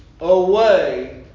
away